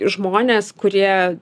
žmones kurie